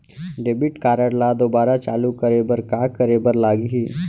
Debit card ला दोबारा चालू करे बर का करे बर लागही?